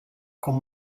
con